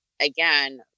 again